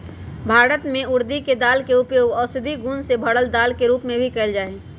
भारत में उर्दी के दाल के उपयोग औषधि गुण से भरल दाल के रूप में भी कएल जाई छई